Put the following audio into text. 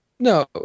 No